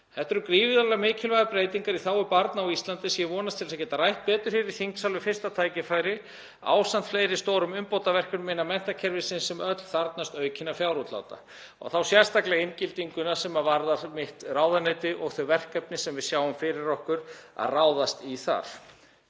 Þetta eru gríðarlega mikilvægar breytingar í þágu barna á Íslandi sem ég vonast til að geta rætt betur hér í þingsal við fyrsta tækifæri ásamt fleiri stórum umbótaverkefnum innan menntakerfisins sem öll þarfnast aukinna fjárútláta, þá sérstaklega inngildinguna, sem varðar mitt ráðuneyti, og þau verkefni sem við sjáum fyrir okkur að ráðast í þar.